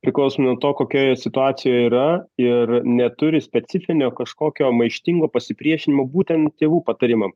priklausomai nuo to kokioje situacijoj yra ir neturi specifinio kažkokio maištingo pasipriešinimo būtent tėvų patarimam